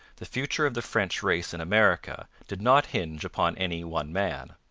the future of the french race in america did not hinge upon any one man.